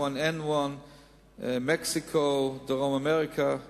אני מבקש לנצל את ההזדמנות שאתה נמצא על הבמה